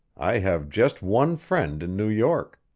i have just one friend in new york.